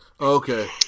okay